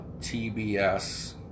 TBS